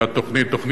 תוכנית היל"ה.